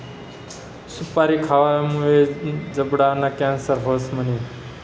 सुपारी खावामुये जबडाना कॅन्सर व्हस म्हणे?